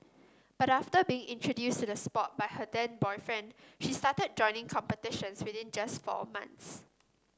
but after being introduced to the sport by her then boyfriend she started joining competitions within just four months